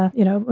you know,